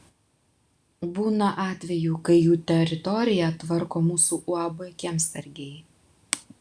būna atvejų kai jų teritoriją tvarko mūsų uab kiemsargiai